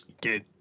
get